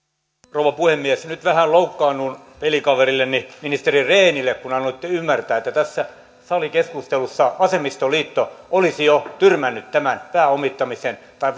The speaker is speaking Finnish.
rouva puhemies nyt vähän loukkaannun pelikaverilleni ministeri rehnille kun annoitte ymmärtää että tässä salikeskustelussa vasemmistoliitto olisi jo tyrmännyt tämän pääomittamisen tai